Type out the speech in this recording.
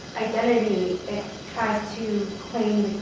identity, it tries to